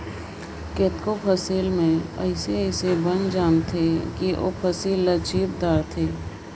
केतनो फसिल में अइसे अइसे बन जामथें कि ओ फसिल ल चीप धारथे